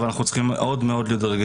אבל אנחנו צריכים להיות מאוד רגישים.